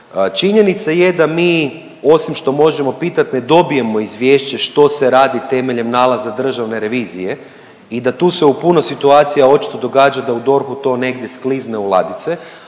Činjenica je da mi, osim što možemo pitati, ne dobijemo izvješće što se radi temeljem nalaza državne revizije i da tu se u puno situacija očito događa da u DORH-u to negdje sklizne u ladice,